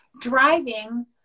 driving